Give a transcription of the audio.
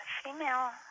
Female